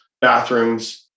bathrooms